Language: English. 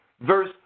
verse